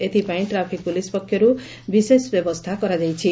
ଏଥିପାଇଁ traffic police ପକ୍ଷରୁ ବିଶେଷ ବ୍ୟବସ୍ରା କରାଯାଇଛି